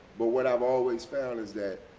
but what i've always found is that